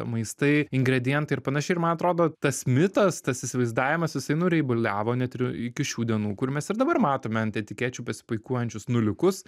maistai ingredientai ir panašiai ir man atrodo tas mitas tas įsivaizdavimas jisai nureibuliavo net ir iki šių dienų kur mes ir dabar matome ant etikečių besipuikuojančius nuliukus